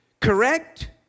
correct